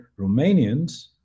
Romanians